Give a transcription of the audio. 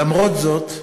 למרות זאת,